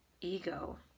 ego